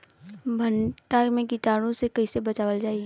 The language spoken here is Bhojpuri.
भनटा मे कीटाणु से कईसे बचावल जाई?